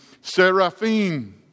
seraphim